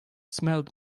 smelled